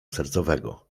sercowego